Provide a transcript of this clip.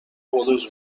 بلوز